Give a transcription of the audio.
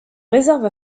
réserve